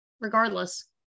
regardless